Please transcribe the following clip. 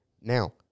Now